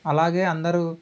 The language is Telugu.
అలాగే అందరూ